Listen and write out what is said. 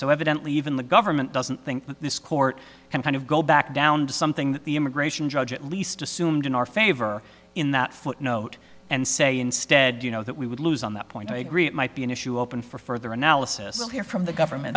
so evidently even the government doesn't think that this court can kind of go back down to something that the immigration judge at least assumed in our favor in that footnote and say instead you know that we would lose on that point i agree it might be an issue open for further analysis here from the government